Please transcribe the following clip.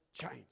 change